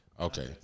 Okay